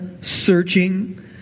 searching